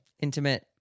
intimate